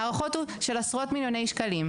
ההערכות הן של עשרות מיליוני שקלים.